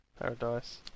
Paradise